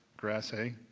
grass hay,